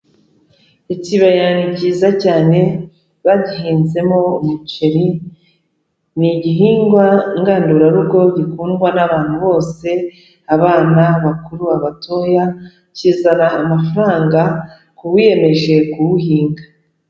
Ikibaya cyiza cyane bagihinzemo umuceri, ni igihingwa ngandurarugo gikundwa n'abantu bose, abana, bakuru, abatoya, kizana amafaranga ku wiyemeje kuwuhinga.